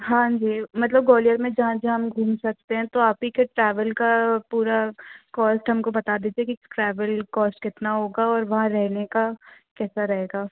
हाँ जी मतलब ग्वालियर में जहाँ जहाँ हम घूम सकते हैं तो आप ही के ट्रैवल का पूरा कॉस्ट हमको बता दीजिए कि ट्रैवल कॉस्ट कितना होगा और वहाँ रहने का कैसा रहेगा